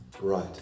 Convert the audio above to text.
Right